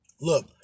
Look